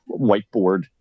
whiteboard